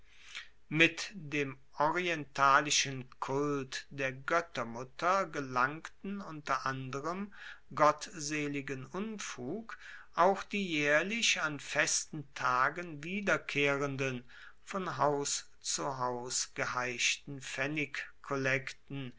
mit dem orientalischen kult der goettermutter gelangten unter anderem gottseligen unfug auch die jaehrlich an festen tagen wiederkehrenden von haus zu haus geheischten